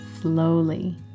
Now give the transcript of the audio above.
slowly